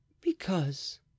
Because